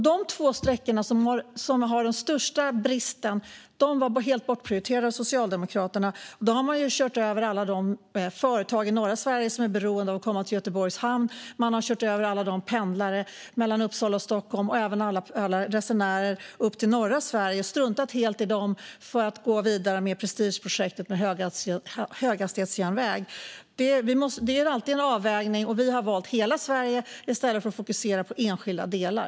Dessa två sträckor, där de största bristerna finns, var helt bortprioriterade av Socialdemokraterna. Man har alltså kört över alla de företag i norra Sverige som är beroende av att komma till Göteborgs hamn. Man har kört över alla pendlare mellan Uppsala och Stockholm och även alla som reser upp till norra Sverige. Man har struntat helt i dem för att gå vidare med prestigeprojektet med höghastighetsjärnväg. Det är alltid en avvägning. Vi har valt hela Sverige i stället för att fokusera på enskilda delar.